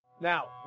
Now